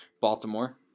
Baltimore